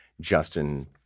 Justin